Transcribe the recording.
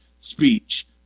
speech